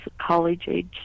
college-age